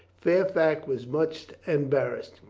fairfax was much embarrassed.